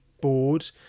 board